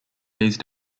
these